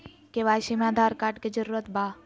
KYC में Aadhaar card के जरूरत बा?